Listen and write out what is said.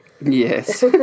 Yes